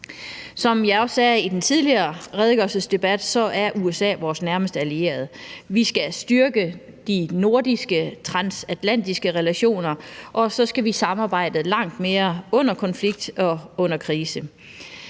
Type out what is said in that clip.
Som jeg også sagde i den tidligere redegørelsesdebat, er USA vores nærmeste allierede. Vi skal styrke de nordisk-transatlantiske relationer, og så skal vi samarbejde langt mere under konflikt og under krise.